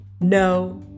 no